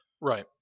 Right